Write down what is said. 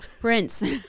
Prince